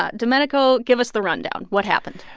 ah domenico, give us the rundown. what happened?